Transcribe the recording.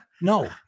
No